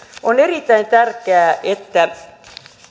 on erittäin tärkeää että